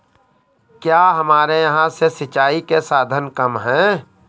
क्या हमारे यहाँ से सिंचाई के साधन कम है?